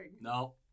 No